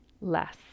less